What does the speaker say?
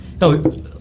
no